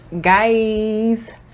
Guys